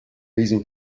reason